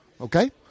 Okay